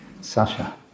Sasha